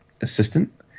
assistant